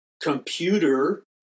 computer